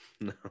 No